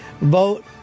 vote